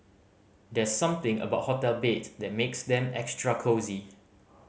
there's something about hotel bed that makes them extra cosy